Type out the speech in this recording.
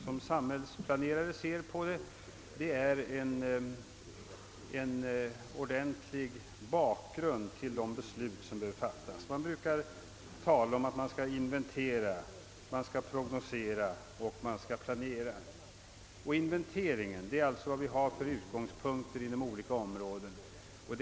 Som samhällsplanerare anser jag att det saknas en ordentlig bakgrund till de beslut som skall fattas härvidlag. Man brukar i planeringsprocessen tala om att man skall inventera, prognostisera och planera. Inventering är alltså att göra klart för sig vilka utgångspunkter vi har inom olika områden.